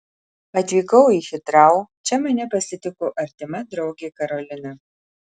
atvykau į hitrou čia mane pasitiko artima draugė karolina